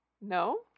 No